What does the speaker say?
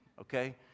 okay